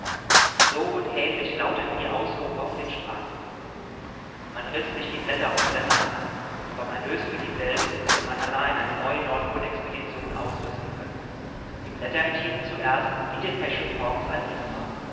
so und ähnlich lauteten die ausrufe auf den straßen man riß sich die blätter aus der hand vom erlös für dieselben hätte man allein eine neue nordpolexpedition ausrüsten können die blätter enthielten zuerst die depesche torms an isma